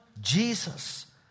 Jesus